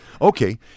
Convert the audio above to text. Okay